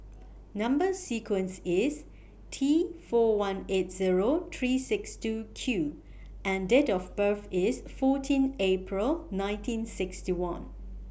Number sequence IS T four one eight Zero three six two Q and Date of birth IS fourteen April nineteen sixty one